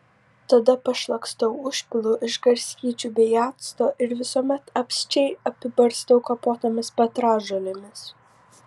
tada pašlakstau užpilu iš garstyčių bei acto ir visuomet apsčiai apibarstau kapotomis petražolėmis